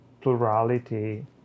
plurality